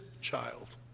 child